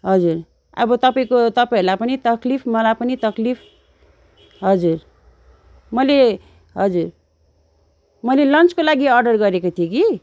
हजुर अब तपाईँको तपाईँहरूलाई पनि तक्लिफ मलाई पनि तक्लिफ हजुर मैले हजुर मैले लन्चको लागि अर्डर गरेको थिएँ कि